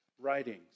writings